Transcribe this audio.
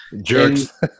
jerks